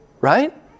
Right